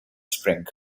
spring